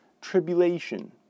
tribulation